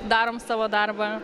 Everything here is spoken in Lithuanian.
darom savo darbą